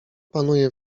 panuje